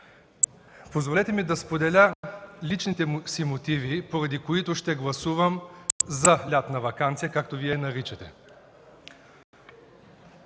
Позволете ми да споделя личните си мотиви, поради които ще гласувам „за” лятна ваканция, както Вие я наричате.